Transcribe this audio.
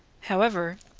however,